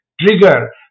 trigger